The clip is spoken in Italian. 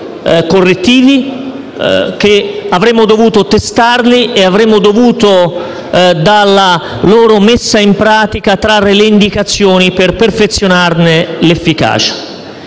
correttivi, che avremmo dovuto testarli e avremmo dovuto, dalla loro messa in pratica, trarre le indicazioni per perfezionarne l'efficacia.